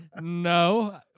No